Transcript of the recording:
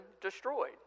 destroyed